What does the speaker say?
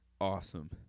Awesome